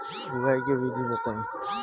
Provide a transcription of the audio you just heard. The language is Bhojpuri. बुआई के विधि बताई?